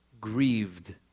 grieved